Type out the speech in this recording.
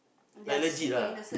like legit ah